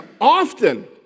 Often